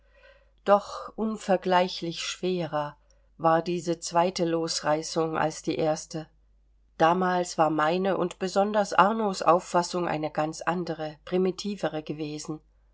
doch unvergleichlich schwerer war diese zweite losreißung als die erste damals war meine und besonders arnos auffassung eine ganz andere primitivere gewesen